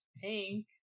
pink